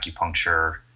acupuncture